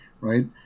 right